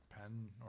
Pen